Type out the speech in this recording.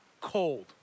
cold